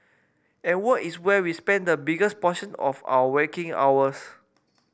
and work is where we spend the biggest portion of our waking hours